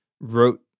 wrote